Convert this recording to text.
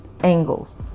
angles